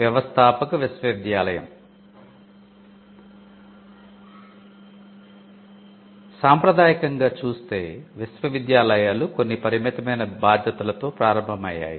వ్యవస్థాపక విశ్వవిద్యాలయం సాంప్రదాయకంగా చూస్తే విశ్వవిద్యాలయాలు కొన్ని పరిమితమైన బాధ్యతలతో ప్రారంభమయ్యాయి